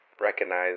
recognize